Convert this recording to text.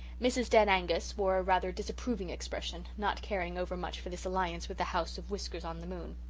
mrs. dead angus wore a rather disapproving expression, not caring over-much for this alliance with the house of whiskers-on-the-moon.